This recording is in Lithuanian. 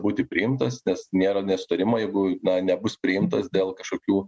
būti priimtas nes nėra nesutarimo jeigu nebus priimtas dėl kažkokių